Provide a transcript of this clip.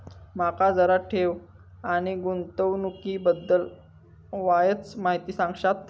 माका जरा ठेव आणि गुंतवणूकी बद्दल वायचं माहिती सांगशात?